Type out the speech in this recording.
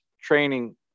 training